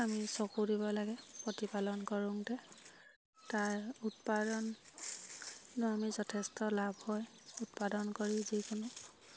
আমি চকু দিব লাগে প্ৰতিপালন কৰোঁতে তাৰ উৎপাদন আমি যথেষ্ট লাভ হয় উৎপাদন কৰি যিকোনো